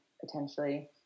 potentially